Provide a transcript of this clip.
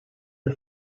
the